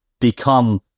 become